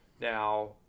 Now